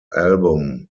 album